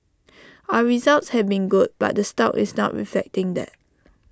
our results have been good but the stock is not reflecting that